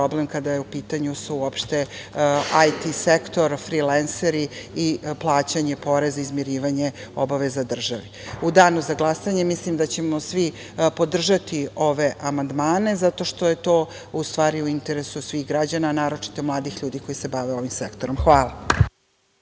problem kada je u pitanju uopšte IT sektor, frilenseri i plaćanje poreza, izmirivanje obaveza države.U danu za glasanje mislim da ćemo svi podržati ove amandmane zato što je to, u stvari, u interesu svih građana, a naročito mladih ljudi koji se bave ovim sektorom. Hvala.